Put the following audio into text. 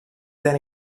than